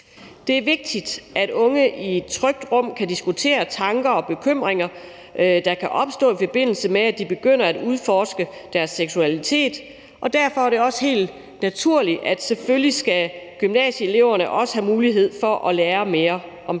Det er vigtigt, at unge i et trygt rum kan diskutere tanker og bekymringer, der kan opstå, i forbindelse med at de begynder at udforske deres seksualitet, og derfor er det også helt naturligt, at gymnasieeleverne skal have mulighed for at lære mere om dette.